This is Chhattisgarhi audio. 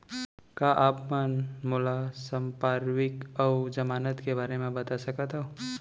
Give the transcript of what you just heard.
का आप मन मोला संपार्श्र्विक अऊ जमानत के बारे म बता सकथव?